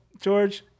George